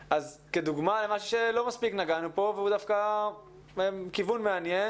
כדוגמה למשהו שלא מספיק נגענו פה והוא דווקא כיוון מעניין.